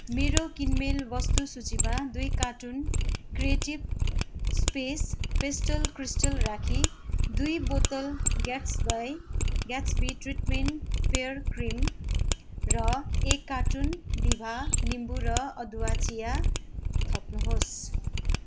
मेरो किनमेल वस्तु सूचीमा दुई carton creative space pastel crystal राखी दुई बोतल ग्यासबाई ग्यास्टबी ट्रिटमेन पेयर क्रिम र एक कार्टुन दिभा निम्बु र अदुवा चिया थप्नुहोस्